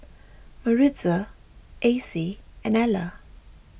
Maritza Acie and Ela